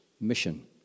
mission